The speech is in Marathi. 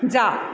जा